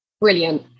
brilliant